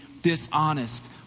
dishonest